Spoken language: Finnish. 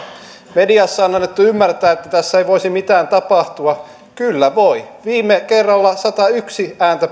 mediassa on annettu ymmärtää että tässä ei voisi mitään tapahtua kyllä voi viime kerralla satayksi ääntä